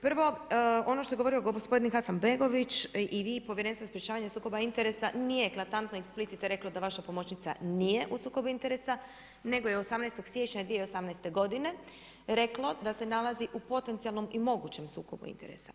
Prvo ono što je govorio gospodin Hasanbegović i vi, povjerenstvo za sprečavanje sukoba interesa nije ... eksplicite reklo da vaša pomoćnica nije u sukobu interesa, nego je 18. siječnja 2018. godine reklo da se nalazi u potencijalnom i mogućem sukobu interesa.